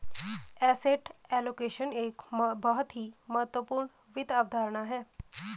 asset allocation एक बहुत ही महत्वपूर्ण वित्त अवधारणा है